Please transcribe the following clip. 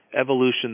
evolution